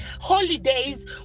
holidays